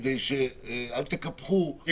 כדי שלא תקפחו --- נכון,